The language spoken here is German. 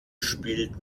spielt